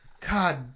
God